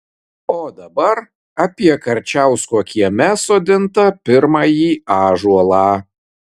o dabar apie karčiausko kieme sodintą pirmąjį ąžuolą